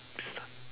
good stuff